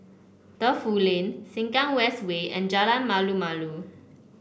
Defu Lin Sengkang West Way and Jalan Malu Malu